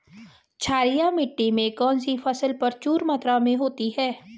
क्षारीय मिट्टी में कौन सी फसल प्रचुर मात्रा में होती है?